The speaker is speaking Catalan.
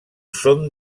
són